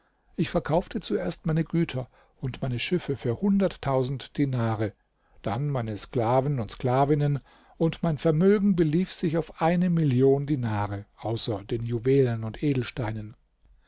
ich verkaufte zuerst meine güter und meine schiffe für hunderttausend dinare dann meine sklaven und sklavinnen und mein vermögen belief sich auf eine million dinare außer den juwelen und edelsteinen